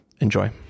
enjoy